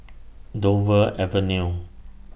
Dover Avenue